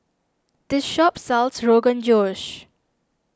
this shop sells Rogan Josh